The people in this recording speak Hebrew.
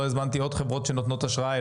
לא הזמנתי עוד חברות שנותנות אשראי.